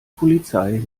polizei